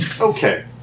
Okay